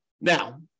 Now